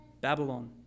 Babylon